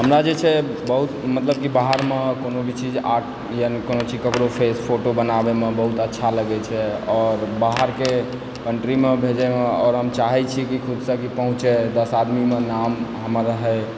हमरा जे छै बहुत मतलब कि बाहरमे कोनो भी चीज आर्ट यानि कोनो चीज फेस फोटो बनाबयमे बहुत अच्छा लगै छै आओर बाहरके कंट्रीमे भेजैमे आओर हम चाहैत छी कि खूब तक ई पहुँचै दस आदमीमे नाम हमर रहय